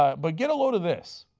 ah but get a load of this